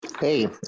Hey